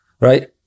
right